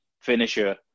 finisher